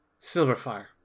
Silverfire